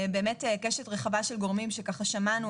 קשת רחבה של גורמים שנשמעו.